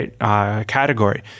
category